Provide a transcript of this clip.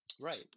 Right